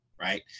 right